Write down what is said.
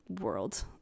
world